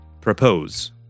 Propose